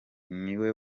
niwe